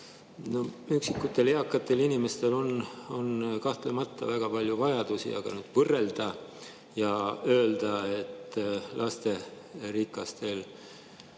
Üksikutel eakatel inimestel on kahtlemata väga palju vajadusi, aga võrrelda ja öelda, et lasterikastel